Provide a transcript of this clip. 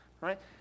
right